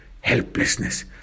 Helplessness